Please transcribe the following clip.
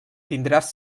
tindràs